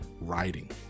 writing